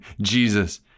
Jesus